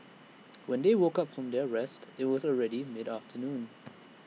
when they woke up from their rest IT was already mid afternoon